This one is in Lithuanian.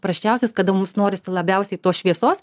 prasčiausias kada mūsų norisi labiausiai tos šviesos